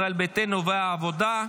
ישראל ביתנו והעבודה.